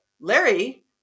Larry